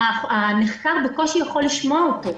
הנחקר בקושי יכול לשמוע אותו.